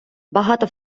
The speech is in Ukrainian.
багато